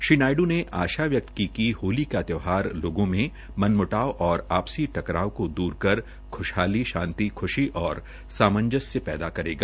श्री नायड्र ने आशा व्यक्त की होली का त्यौहार लोगों में मनम्टाव और आपसी टकराव को दूर कर ख्शहाली शांति ख्शी और सामंजस पैदा करेगा